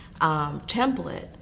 template